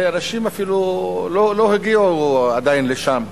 אנשים אפילו לא הגיעו עדיין לשם.